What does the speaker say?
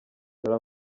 dore